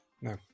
No